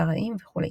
קראים וכו'.